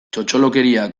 txotxolokeria